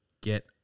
Get